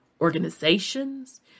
organizations